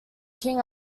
king